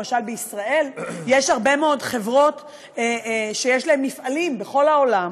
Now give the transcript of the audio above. למשל בישראל יש הרבה מאוד חברות שיש להן מפעלים בכל העולם,